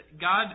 God